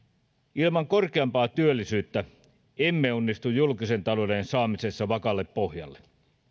ilman korkeampaa työllisyyttä emme onnistu julkisen talouden saamisessa vakaalle pohjalle